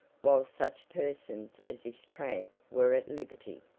while such persons as this tramp were at liberty.